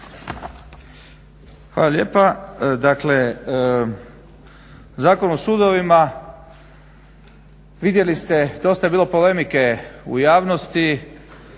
Hvala lijepa. Dakle zakon o sudovima vidjeli ste dosta je bilo polemike u javnosti.